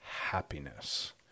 Happiness